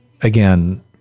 again